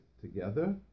together